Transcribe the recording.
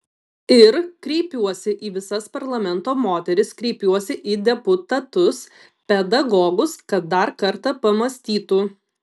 ir kreipiuosi į visas parlamento moteris kreipiuosi į deputatus pedagogus kad dar kartą pamąstytų